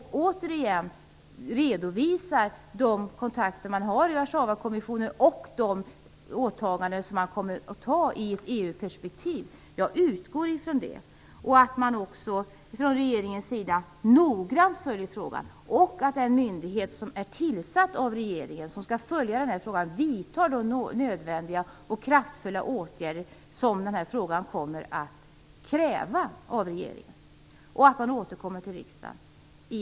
Jag utgår från att regeringen redovisar vilka kontakter man har i Warszawakommissionen och de åtaganden som man har i ett EU-perspektiv. Jag utgår också från att regeringen noggrant följer frågan och att den myndighet som är tillsatt av regeringen för att följa frågan vidtar de nödvändiga och kraftfulla åtgärder som kommer att krävas, samt att regeringen återkommer till riksdagen.